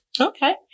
Okay